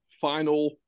final